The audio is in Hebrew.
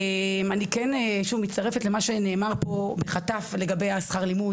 אני כן שוב מצטרפת למה שנאמר פה בחטף לגבי השכר לימוד,